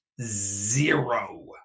zero